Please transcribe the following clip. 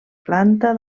planta